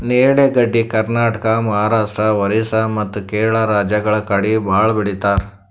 ನೇರಳೆ ಗಡ್ಡಿ ಕರ್ನಾಟಕ, ಮಹಾರಾಷ್ಟ್ರ, ಓರಿಸ್ಸಾ ಮತ್ತ್ ಕೇರಳ ರಾಜ್ಯಗಳ್ ಕಡಿ ಭಾಳ್ ಬೆಳಿತಾರ್